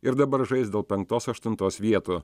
ir dabar žais dėl penktos aštuntos vietų